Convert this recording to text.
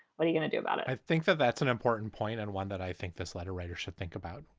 what are you gonna do about it? i think that that's an important point and one that i think this letter writers should think about.